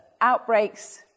outbreaks